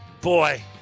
boy